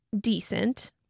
decent